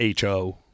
HO